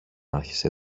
άρχισε